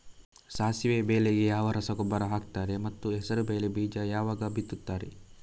ಸಾಸಿವೆ ಬೆಳೆಗೆ ಯಾವ ರಸಗೊಬ್ಬರ ಹಾಕ್ತಾರೆ ಮತ್ತು ಹೆಸರುಬೇಳೆ ಬೀಜ ಯಾವಾಗ ಬಿತ್ತುತ್ತಾರೆ?